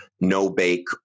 no-bake